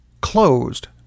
closed